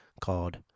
called